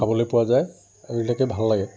খাবলৈ পোৱা যায় আজিলৈকে ভাল লাগে